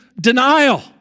denial